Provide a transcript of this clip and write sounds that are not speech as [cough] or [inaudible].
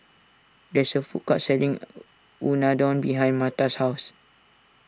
there is a food court selling [hesitation] Unadon behind Marta's house